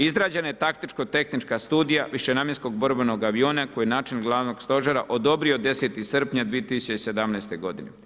Izrađena je taktičko tehnička studija višenamjenskog borbenog aviona koji je načelnik Glavnog stožera odobrio 10. srpnja 2017. godine.